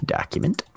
Document